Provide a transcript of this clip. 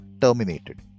terminated